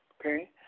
Okay